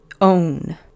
own